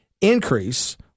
increase